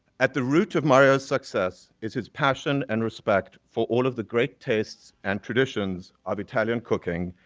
at the root of mario's success is his passion and respect for all of the great tastes and traditions of italian cooking,